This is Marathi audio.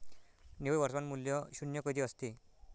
निव्वळ वर्तमान मूल्य शून्य कधी असते?